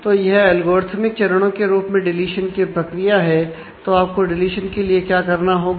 तो यह एल्गोरिथमिक चरणों के रूप में डीलीशन की प्रक्रिया है तो आपको डीलीशन के लिए क्या करना होगा